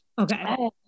Okay